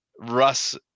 Russ